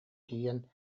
тиийэн